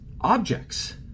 objects